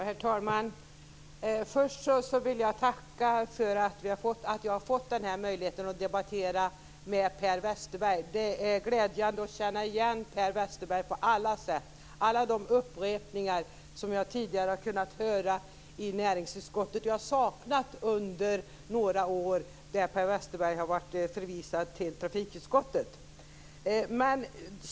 Herr talman! Först vill jag tacka för att jag har fått denna möjlighet att debattera med Per Westerberg. Det är glädjande att känna igen Per Westerberg på alla sätt. Alla de upprepningar som jag tidigare har kunnat höra i näringsutskottet har jag saknat under några år då Per Westerberg varit förvisad till trafikutskottet.